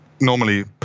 normally